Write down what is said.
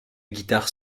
guitare